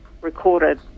recorded